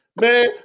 man